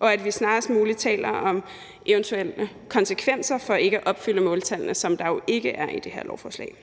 og at vi snarest muligt taler om eventuelle konsekvenser ved ikke at opfylde måltallene, som der jo ikke er i det her lovforslag.